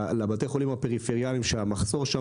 לבתי החולים הפריפריאליים שהמחסור שם